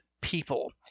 people